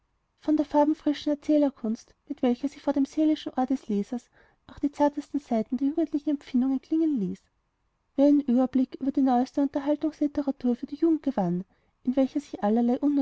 von der farbenfrischen erzählerkunst mit welcher sie vor dem seelischen ohr des lesers auch die zartesten saiten der jugendlichen empfindung erklingen ließ wer einen ueberblick über die neueste unterhaltungslitteratur für die jugend gewann in welcher sich allerlei